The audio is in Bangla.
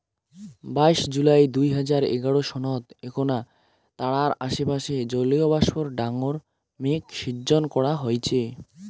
বাইশ জুলাই দুই হাজার এগারো সনত এ্যাকনা তারার আশেপাশে জলীয়বাষ্পর ডাঙর মেঘ শিজ্জন করা হইচে